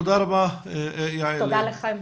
תודה לכם.